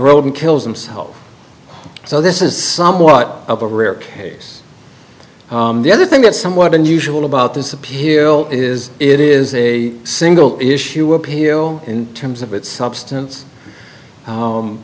road and kills themselves so this is somewhat of a rare case the other thing that's somewhat unusual about this appeal is it is a single issue appeal in terms of its substance